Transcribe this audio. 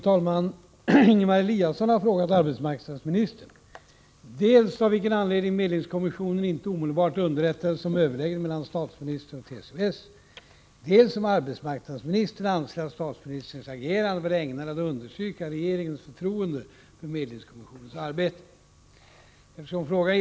Torsdagen den 16 maj uppmanade arbetsmarknadsministern medlingskommissionen i konflikten mellan SAV och TCO-S att kalla parterna till överläggning för att sondera möjligheterna för ny medling. Arbetsmarknadsministern yttrade då att vissa indikationer framkommit som tydde på att ny medling kunde bli framgångsrik.